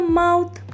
mouth